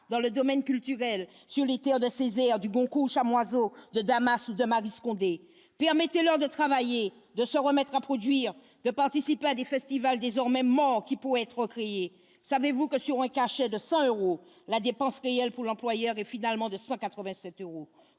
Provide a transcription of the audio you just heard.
dans le domaine culturel, sur les Terres de Césaire du bon coup Chamoiseau de Damas ou de Maryse Condé permettez-leur de travailler, de se remettre à produire, je participe à des festivals désormais morts qui pourraient être créés : savez-vous que sur un cachet de 100 euros la dépense réelle pour l'employeur et finalement de 187 euros